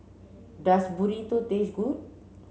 does Burrito taste good